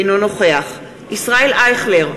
אינו נוכח ישראל אייכלר,